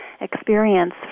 experience